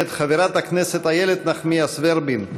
מאת חברת הכנסת איילת נחמיאס ורבין.